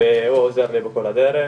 והוא עזר לי בכל הדרך,